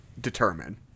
determine